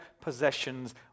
possessions